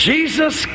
Jesus